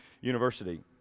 University